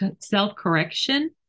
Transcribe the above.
self-correction